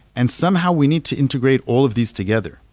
and somehow, we need to integrate all of these together.